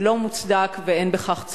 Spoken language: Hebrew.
זה לא מוצדק ואין בכך צורך.